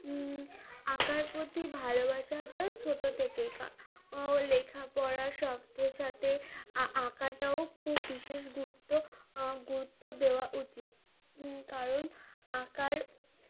ম আঁকার প্রতি ভালোবাসাটা ছোটো থেকেই লেখাপড়ার সাথে সাথে আঁকাটাও খুব বিশেষ গুরুত্ব গুরুত্ব দেওয়া উচিত কারণ আঁকার